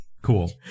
Cool